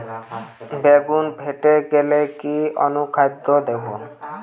বেগুন ফেটে গেলে কি অনুখাদ্য দেবো?